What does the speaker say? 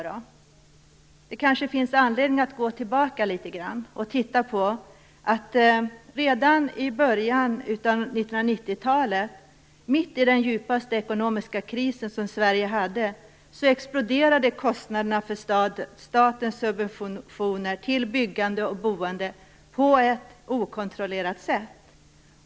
Det kanske finns anledning att gå tillbaka litet. Redan i början av 1990-talet, mitt i Sveriges djupaste ekonomiska kris, exploderade kostnaderna för statens subventioner till byggande och boende på ett okontrollerat sätt.